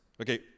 Okay